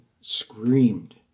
screamed